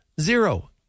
zero